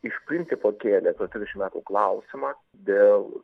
iš principo kėlė tuos trisdešim metų klausimą dėl